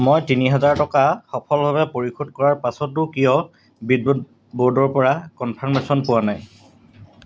মই তিনি হাজাৰ টকা সফলভাৱে পৰিশোধ কৰাৰ পাছতো কিয় বিদ্যুৎ ব'ৰ্ডৰপৰা কনফাৰ্মেশ্য়ন পোৱা নাই